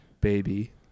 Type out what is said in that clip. baby